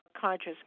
conscious